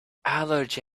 allergy